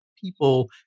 people